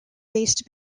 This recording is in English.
based